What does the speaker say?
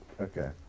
Okay